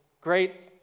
great